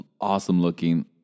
awesome-looking